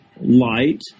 light